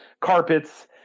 carpets